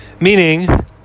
Meaning